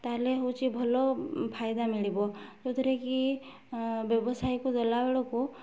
ତାହେଲେ ହେଉଛି ଭଲ ଫାଇଦା ମିଳିବ ଯେଉଁଥିରେ କି ବ୍ୟବସାୟକୁ ଦେଲା ବେଳକୁ